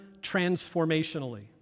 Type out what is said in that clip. transformationally